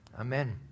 Amen